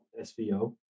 SVO